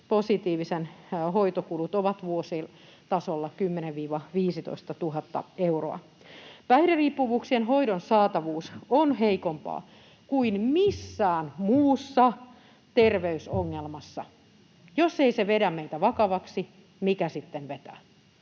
hiv-positiivisen hoitokulut ovat vuositasolla 10 000—15 000 euroa. Päihderiippuvuuksien hoidon saatavuus on heikompaa kuin minkään muun terveysongelman. Jos ei se vedä meitä vakavaksi, mikä sitten vetää?